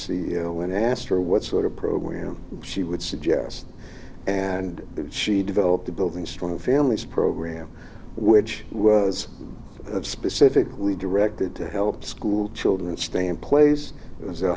i asked her what sort of program she would suggest and she developed a building strong families program which was specifically directed to help schoolchildren stay in place as a